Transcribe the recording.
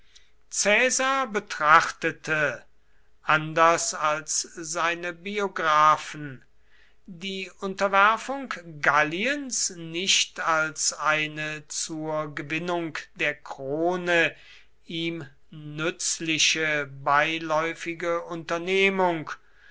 caesar betrachtete anders als seine biographen die unterwerfung galliens nicht als eine zur gewinnung der krone ihm nützliche beiläufige unternehmung